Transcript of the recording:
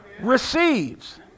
receives